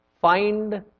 find